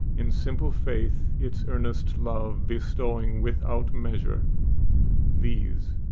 in simple faith, its earnest love bestowing without measure these,